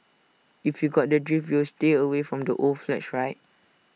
if you got the drift you will stay away from old flats right